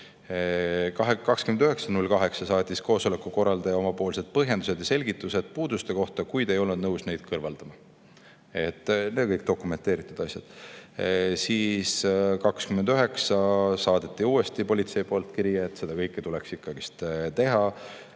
saatis koosoleku korraldaja oma põhjendused ja selgitused puuduste kohta, kuid ei olnud nõus neid kõrvaldama. Need on kõik dokumenteeritud asjad. 29. augustil saadeti uuesti politsei poolt kiri, et seda kõike tuleks ikkagi teha.